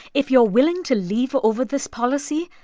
if you're willing to leave over this policy,